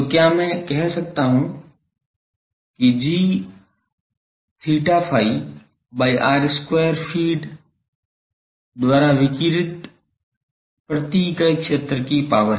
तो क्या मैं कह सकता हूं कि g𝛳ϕ by r square feed द्वारा विकीरित प्रति इकाई क्षेत्र की पावर है